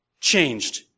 changed